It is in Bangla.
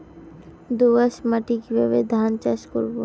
দোয়াস মাটি কিভাবে ধান চাষ করব?